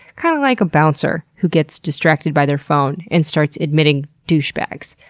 kind of like a bouncer who gets distracted by their phone and starts admitting douchebags,